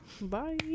Bye